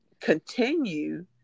continue